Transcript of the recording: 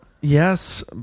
yes